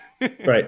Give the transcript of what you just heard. Right